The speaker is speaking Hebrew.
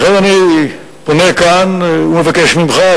לכן אני פונה כאן ומבקש ממך,